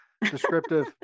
descriptive